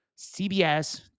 CBS